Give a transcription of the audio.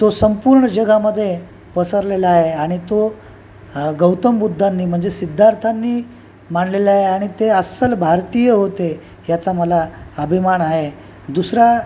तो संपूर्ण जगामध्ये पसरलेला आहे आणि तो गौतम बुद्धांनी म्हणजे सिद्धार्थांनी मांडलेला आहे आणि ते अस्सल भारतीय होते याचा मला अभिमान आहे दुसरा